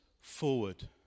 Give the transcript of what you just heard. forward